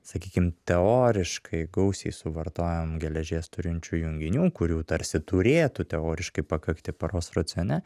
sakykim teoriškai gausiai suvartojam geležies turinčių junginių kurių tarsi turėtų teoriškai pakakti paros racione